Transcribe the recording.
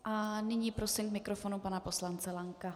A nyní prosím k mikrofonu pana poslance Lanka.